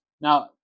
Now